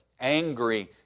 angry